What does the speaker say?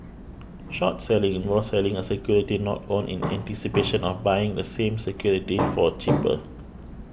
short selling involves selling a security not owned in anticipation of buying the same security for cheaper